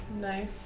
Nice